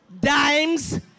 Dimes